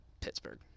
Pittsburgh